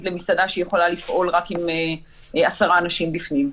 למסעדה שהיא יכולה לפעול רק עם עשרה אנשים בפנים,